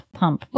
pump